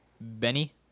Benny